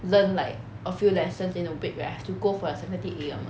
learn like a few lessons in a week right I have to go for seven thirty A_M [one]